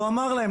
והוא אמר להם,